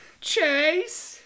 Chase